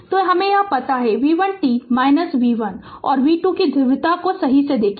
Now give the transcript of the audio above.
तो यह पता है v1 t v1 और v2 की ध्रुवीयता को सही से देखें